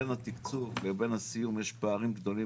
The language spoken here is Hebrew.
בין התקצוב לבין הסיום יש פערים גדולים